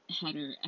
header